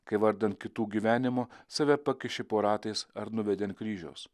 kai vardan kitų gyvenimo save pakišti po ratais ar nuvedi ant kryžiaus